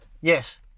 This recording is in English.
Yes